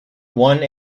one